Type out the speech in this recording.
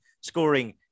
scoring